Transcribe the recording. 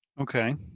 Okay